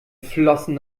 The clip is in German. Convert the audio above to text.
flossen